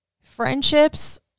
friendships